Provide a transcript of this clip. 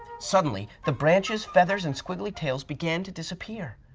suddenly the branches, feathers, and squiggly tails began to disappear,